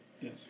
Yes